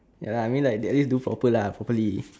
ya lah I mean at least do proper lah properly